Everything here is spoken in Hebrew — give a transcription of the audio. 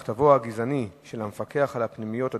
בנושא מכתבו הגזעני של המפקח על הפנימיות הדתיות,